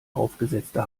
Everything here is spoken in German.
aufgesetzte